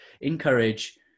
encourage